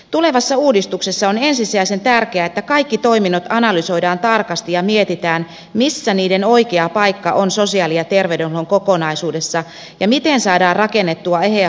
tulevassa uudistuksessa on ensisijaisen tärkeää että kaikki toiminnot analysoidaan tarkasti ja mietitään missä niiden oikea paikka on sosiaali ja terveydenhuollon kokonaisuudessa ja miten saadaan rakennettua eheä hoitoketju